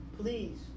please